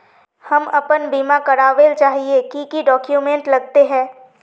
हम अपन बीमा करावेल चाहिए की की डक्यूमेंट्स लगते है?